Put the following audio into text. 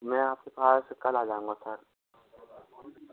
मैं आपके पास कल आ जाऊंगा सर